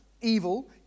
evil